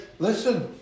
Listen